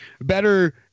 better